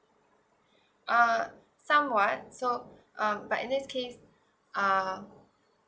ah somewhat so um but in this case ah